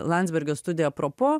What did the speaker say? landsbergio studija propo